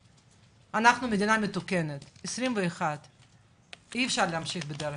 אנחנו מדינה מתוקנת, אי אפשר להמשיך ככה.